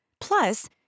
Plus